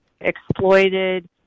exploited